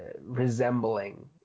resembling